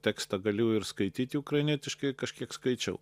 tekstą galiu ir skaityti ukrainietiškai kažkiek skaičiau